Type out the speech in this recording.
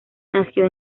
nació